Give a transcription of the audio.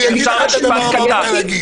אם אפשר משפט קטן.